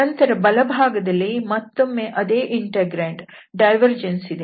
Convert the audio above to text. ನಂತರ ಬಲಭಾಗದಲ್ಲಿ ಮತ್ತೊಮ್ಮೆ ಅದೇ ಇಂಟೆಗ್ರಾಂಡ್ ಡೈವರ್ಜೆನ್ಸ್ ಇದೆ